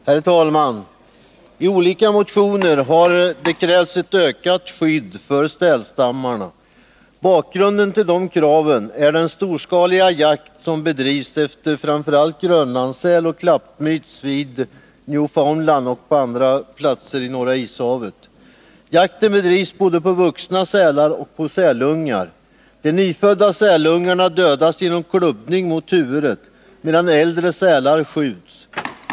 Herr talman! I olika motioner har krävts ett ökat skydd för sälstammarna. Bakgrunden till dessa krav är den storskaliga jakt som bedrivs efter framför allt grönlandssäl och klappmyts vid framför allt Newfoundland och andra platser i Norra Ishavet. Jakten bedrivs både på vuxna sälar och på sälungar. De nyfödda sälungarna dödas genom klubbning mot huvudet medan äldre sälar skjuts.